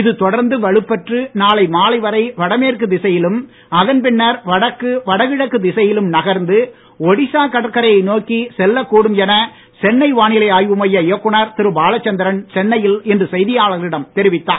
இதுதொடர்ந்து வலுப்பெற்று நாளை மாலை வரை வடமேற்கு திசையிலும் அதன்பின்னர் வடக்கு வடகிழக்கு திசையிலும் நகர்ந்து ஒடிசா கடற்கரையை நோக்கி செல்லக் கூடும் என சென்னை வானிலை ஆய்வு மைய இயக்குநர் திரு பாலச்சந்திரன் சென்னையில் இன்று செய்தியாளர்களிடம் தெரிவித்தார்